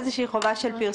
יש איזו חובה של פרסום.